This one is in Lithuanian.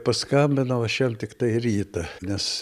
paskambinau aš jam tiktai rytą nes